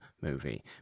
movie